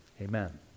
amen